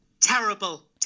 Terrible